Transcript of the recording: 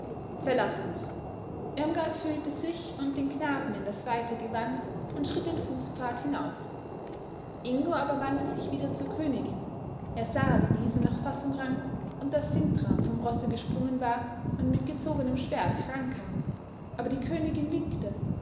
verlaß uns irmgard hüllte sich und den knaben in das weite gewand und schritt den fußpfad hinauf ingo aber wandte sich wieder zur königin er sah wie diese nach fassung rang und daß sintram vom rosse gesprungen war und mit gezogenem schwert herankam aber die königin winkte